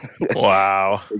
Wow